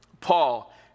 Paul